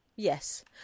Yes